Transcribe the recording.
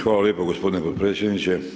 Hvala lijepo gospodine potpredsjedniče.